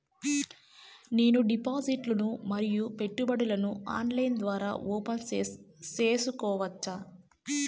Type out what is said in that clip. నేను డిపాజిట్లు ను మరియు పెట్టుబడులను ఆన్లైన్ ద్వారా ఓపెన్ సేసుకోవచ్చా?